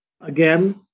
Again